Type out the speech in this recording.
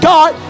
God